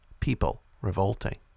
PeopleRevolting